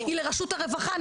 היא לרשות הרווחה.